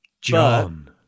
John